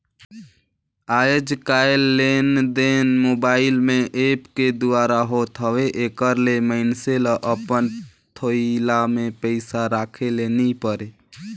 आएज काएललेनदेन मोबाईल में ऐप के दुवारा होत हवे एकर ले मइनसे ल अपन थोइला में पइसा राखे ले नी परे